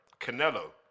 Canelo